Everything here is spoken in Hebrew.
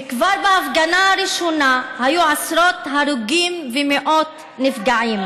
וכבר בהפגנה הראשונה היו עשרות הרוגים ומאות נפגעים.